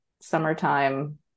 summertime